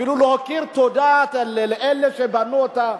אפילו להכיר תודה לאלה שבנו אותה,